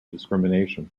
discrimination